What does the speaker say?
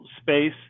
space